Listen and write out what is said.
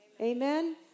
Amen